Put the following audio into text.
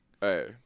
Hey